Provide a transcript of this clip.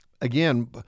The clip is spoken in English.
again